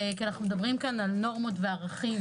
כי אנחנו מדברים כאן על נורמות וערכים,